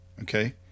okay